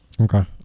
okay